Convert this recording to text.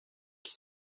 qui